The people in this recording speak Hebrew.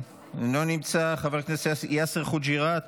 אינו נמצא, חבר הכנסת יאסר חוג'יראת,